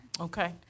Okay